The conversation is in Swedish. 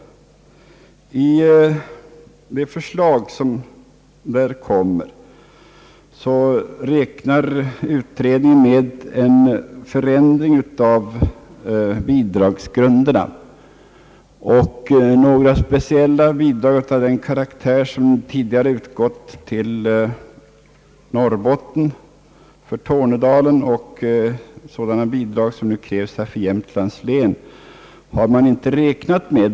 I det förslag som kan väntas räknar utredningen med en förändring av bidragsgrunderna, och några speciella bidrag av den karaktär som tidigare utgått till Norrbotten för Tornedalen och sådana som nu krävs för Jämtlands län har man inte räknat med.